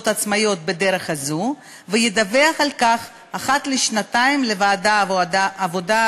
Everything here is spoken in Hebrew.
עצמאיות בדרך זו וידווח על כך אחת לשנתיים לוועדת העבודה,